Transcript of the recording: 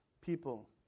people